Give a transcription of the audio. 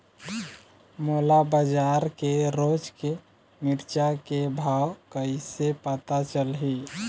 मोला बजार के रोज के मिरचा के भाव कइसे पता चलही?